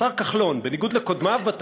השר כחלון, בניגוד לקודמיו בתפקיד,